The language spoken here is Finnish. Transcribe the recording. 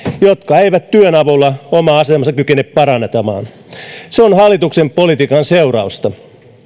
jotka eivät työn avulla omaa asemaansa kykene parantamaan se on hallituksen politiikan seurausta